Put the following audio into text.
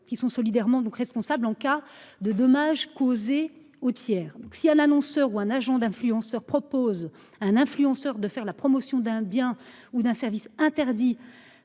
qui sont solidairement donc responsable en cas de dommages causés aux tiers, donc si à l'annonceur ou un agent d'influenceur propose un influenceur de faire la promotion d'un bien ou d'un service interdit